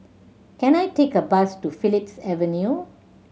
can I take a bus to Phillips Avenue